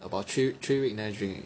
about three three week never drink already